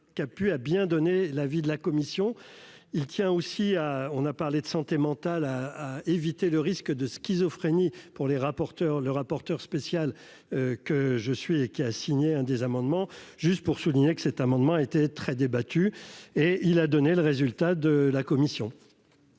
a pu, a bien donner l'avis de la commission, il tient aussi à on a parlé de santé mentale à à éviter le risque de schizophrénie pour les rapporteurs, le rapporteur spécial que je suis et qui a signé un des amendements juste pour souligner que cet amendement était très débattu et il a donné le résultat de la commission.